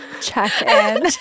Check-in